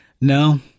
No